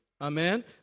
Amen